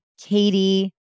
Katie